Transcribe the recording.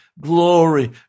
glory